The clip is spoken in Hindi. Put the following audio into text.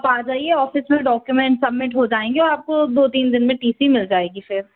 आप आ जाइए ऑफिस में डॉक्यूमेंट सबमिट हो जाएंगे और आपको दो तीन दिन में टी सी मिल जाएगी फिर